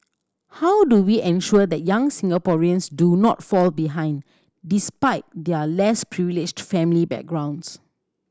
how do we ensure that young Singaporeans do not fall behind despite their less privileged family backgrounds